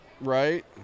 Right